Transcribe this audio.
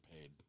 paid